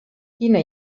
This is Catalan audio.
quina